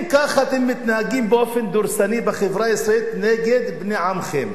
אם כך אתם מתנהגים באופן דורסני בחברה הישראלית נגד בני עמכם,